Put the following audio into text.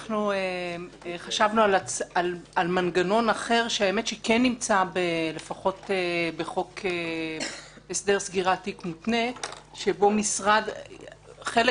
אנחנו חשבנו על מנגנון אחר שנמצא בחוק הסדר סגירת תיק מותנה שבו חלק